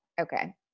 Okay